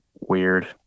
weird